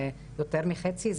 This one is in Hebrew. יותר מחצי,